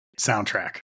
soundtrack